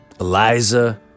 Eliza